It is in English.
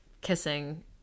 kissing